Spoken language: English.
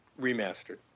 remastered